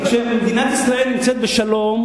כשמדינת ישראל נמצאת בשלום,